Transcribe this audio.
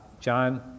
John